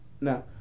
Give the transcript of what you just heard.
No